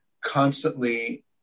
constantly